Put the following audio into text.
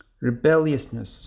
rebelliousness